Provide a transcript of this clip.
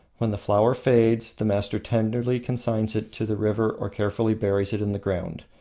when the flower fades, the master tenderly consigns it to the river or carefully buries it in the ground.